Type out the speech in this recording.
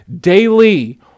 daily